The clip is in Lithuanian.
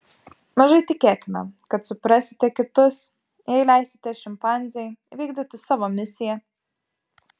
mažai tikėtina kad suprasite kitus jei leisite šimpanzei vykdyti savo misiją